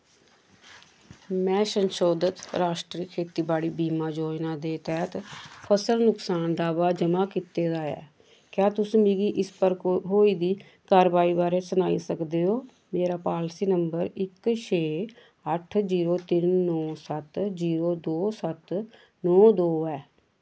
मैं संशोधत राश्ट्री खेतीबाड़ी बीमा योजना दे तैह्त फसल नुक्सान दावा जमा कीते दा ऐ क्या तुस मिगी इस पर होई दी कारवाई बारै सनाई सकदे ओ मेरा पालसी नम्बर इक छे अट्ठ जीरो तिन्न नौ सत्त जीरो दो सत्त नौ दो ऐ